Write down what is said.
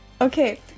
Okay